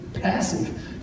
passive